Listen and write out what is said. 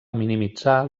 minimitzar